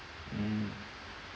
mm